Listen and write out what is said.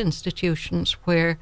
institutions where